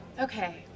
Okay